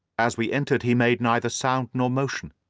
as we entered he made neither sound nor motion.